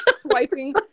swiping